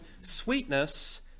sweetness